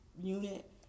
unit